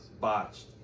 botched